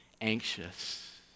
anxious